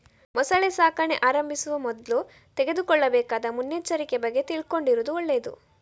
ಮೊಸಳೆ ಸಾಕಣೆ ಆರಂಭಿಸುವ ಮೊದ್ಲು ತೆಗೆದುಕೊಳ್ಳಬೇಕಾದ ಮುನ್ನೆಚ್ಚರಿಕೆ ಬಗ್ಗೆ ತಿಳ್ಕೊಂಡಿರುದು ಒಳ್ಳೇದು